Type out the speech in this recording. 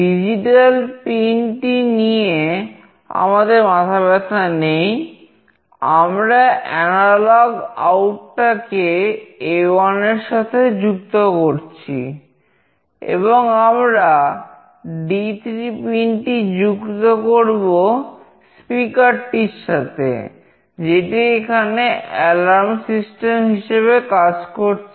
digital আছে